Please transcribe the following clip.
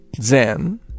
Zen